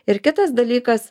ir kitas dalykas